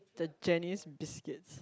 the Jenny's Biscuit